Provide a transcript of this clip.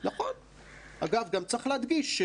אגב, צריך גם להדגיש,